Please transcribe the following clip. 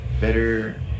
better